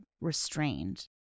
restrained